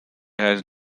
has